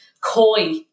coy